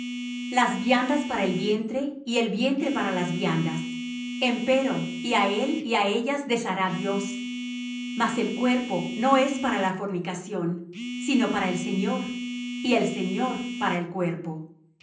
las viandas para el vientre y el vientre para las viandas empero y á él y á ellas deshará dios mas el cuerpo no es para la fornicación sino para el señor y el señor para el cuerpo